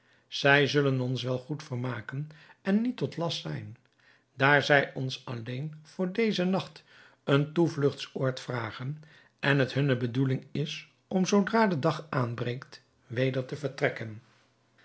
zij zullen ons wel goed vermaken en niet tot last zijn daar zij ons alleen voor dezen nacht een toevlugtsoord vragen en het hunne bedoeling is om zoodra de dag aanbreekt weder te vertrekken